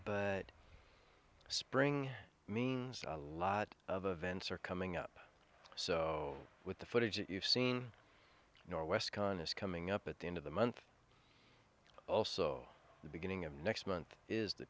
but spring means a lot of events are coming up so with the footage you've seen norwest khan is coming up at the end of the month also the beginning of next month is the